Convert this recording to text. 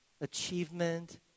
achievement